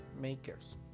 makers